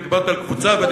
אני דיברתי על קבוצה,